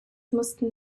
mussten